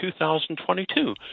2022